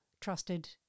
trusted